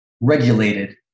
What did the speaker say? regulated